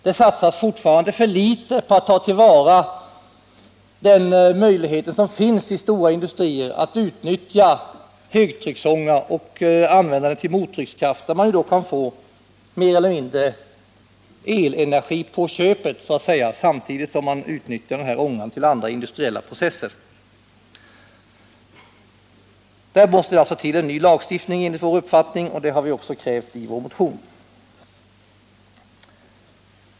Det satsas fortfarande för litet på att ta till vara den möjlighet som finns i stora industrier att utnyttja högtrycksånga och använda den till mottryckskraft, varvid man kan få elenergi mer eller mindre på köpet, samtidigt som man utnyttjar ångan till andra industriella processer. Där måste det till en ny lagstiftning enligt vår uppfattning, och det har vi också krävt i vår motion.